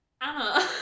Anna